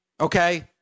Okay